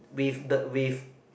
with the with